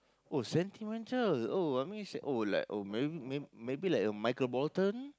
oh sentimental oh I mean oh like oh mayb~ maybe maybe like uh Michael-Bolton